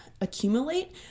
accumulate